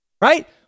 right